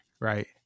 right